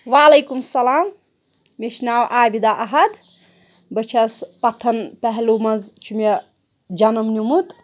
وعلیکُم السَلام مےٚ چھِ ناو عابِدہ احد بہٕ چھَس پَتھَن پہلوٗ منٛز چھِ مےٚ جَنَم نیُمُت